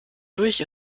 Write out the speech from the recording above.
durch